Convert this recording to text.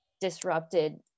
disrupted